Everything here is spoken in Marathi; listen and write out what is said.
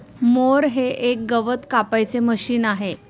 मोअर हे एक गवत कापायचे मशीन आहे